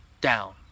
down